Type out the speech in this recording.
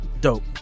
dope